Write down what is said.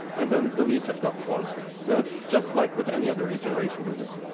and then the leads have got closed. so it's just like with any other lead generation business.